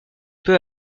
peu